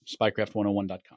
spycraft101.com